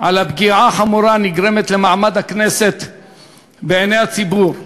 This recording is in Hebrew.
על הפגיעה החמורה הנגרמת למעמד הכנסת בעיני הציבור,